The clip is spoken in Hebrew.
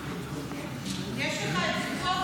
הצעת חוק